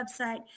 website